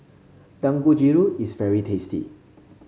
Dangojiru is very tasty